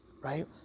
Right